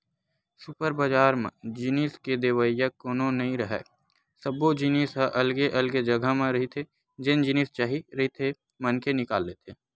super बजार म जिनिस के देवइया कोनो नइ राहय, सब्बो जिनिस ह अलगे अलगे जघा म रहिथे जेन जिनिस चाही रहिथे मनखे निकाल लेथे